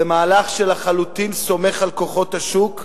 זה מהלך שסומך לחלוטין על כוחות השוק,